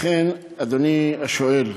לכן, אדוני השואל,